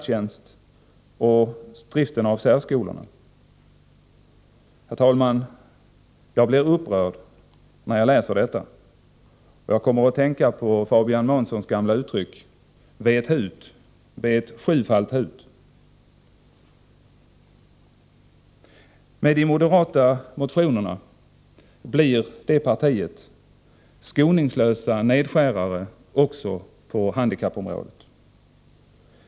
Herr talman! Jag blir upprörd när jag läser detta, och jag kommer att tänka på Fabian Månssons gamla uttryck: Vet hut, vet sjudubbelt hut! Med de nu väckta motionerna blir moderaterna skoningslösa nedskärare också på handikappområdet.